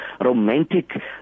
romantic